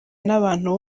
n’abantu